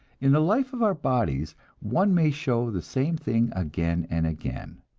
in the life of our bodies one may show the same thing again and again.